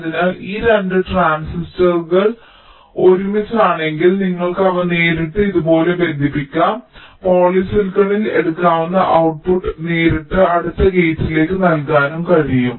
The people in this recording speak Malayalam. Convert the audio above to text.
അതിനാൽ ഈ 2 ട്രാൻസിസ്റ്ററുകൾ ഒരുമിച്ചാണെങ്കിൽ നിങ്ങൾക്ക് അവ നേരിട്ട് ഇതുപോലെ ബന്ധിപ്പിക്കാനും പോളിസിലിക്കണിൽ എടുക്കാവുന്ന ഔട്ട്പുട്ട് നേരിട്ട് അടുത്ത ഗേറ്റിലേക്ക് നൽകാനും കഴിയും